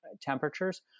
temperatures